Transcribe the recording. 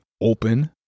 open